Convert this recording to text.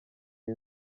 iyi